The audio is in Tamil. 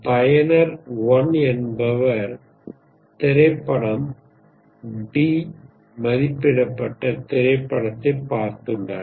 பயனர் 1 என்பவர் திரைப்படம் D மதிப்பிடப்பட்ட திரைப்படத்தைப் பார்த்துள்ளார்